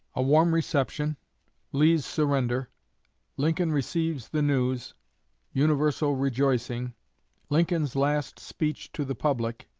a warm reception lee's surrender lincoln receives the news universal rejoicing lincoln's last speech to the public